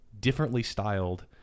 differently-styled